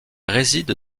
réside